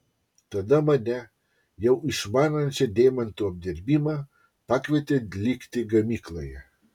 tada mane jau išmanančią deimantų apdirbimą pakvietė likti gamykloje